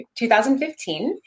2015